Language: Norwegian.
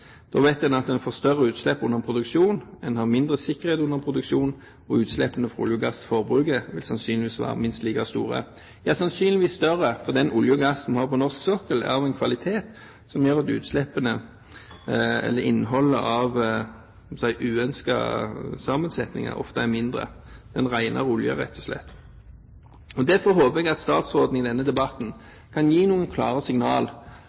Da vet en at en får større utslipp under produksjon, en har mindre sikkerhet under produksjon, og utslippene fra olje- og gassforbruket vil sannsynligvis være minst like store – ja, sannsynligvis større. For den oljen og gassen vi har på norsk sokkel, er av en kvalitet som gjør at utslippene, eller innholdet av, jeg holdt på å si, uønskede sammensetninger, ofte er mindre – en renere olje, rett og slett. Derfor håper jeg at statsråden i denne debatten kan gi noen klare